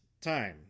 time